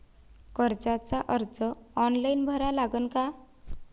कर्जाचा अर्ज ऑनलाईन भरा लागन का?